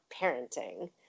parenting